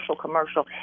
Commercial